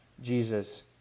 Jesus